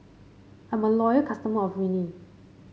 I'm a loyal customer of Rene